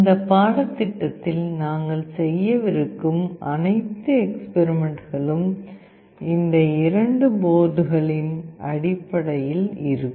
இந்த பாடத்திட்டத்தில் நாங்கள் செய்யவிருக்கும் அனைத்து எக்ஸ்பெரிமெண்ட்களும் இந்த இரண்டு போர்டுகளின் அடிப்படையில் இருக்கும்